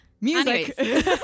music